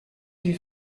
vue